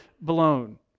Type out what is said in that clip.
blown